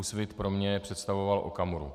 Úsvit pro mě představoval Okamuru.